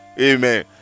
Amen